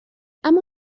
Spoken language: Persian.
اما